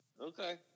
Okay